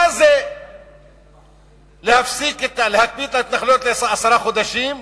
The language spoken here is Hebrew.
מה זה להקפיא את ההתנחלויות לעשרה חודשים,